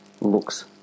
looks